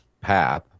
path